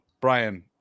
Brian